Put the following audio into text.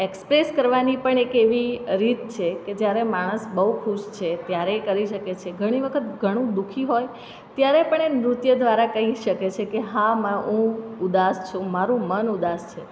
express કરવાની પણ એક એવી રીત છે કે જયારે માણસ બહુ ખુશ છે ત્યારે એ કરી શકે છે ઘણી વખત ઘણું દુઃખી હોય ત્યારે પણ એ નૃત્ય દ્વારા કહી શકે છે હા હું ઉદાસ છું મારું મન ઉદાસ છે